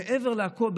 מעבר לכול,